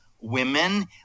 women